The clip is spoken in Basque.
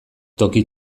toki